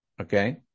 Okay